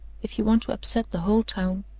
if you want to upset the whole town,